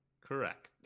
Correct